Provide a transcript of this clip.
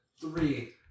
three